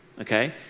okay